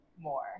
more